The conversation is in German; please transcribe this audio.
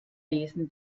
lesen